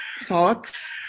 thoughts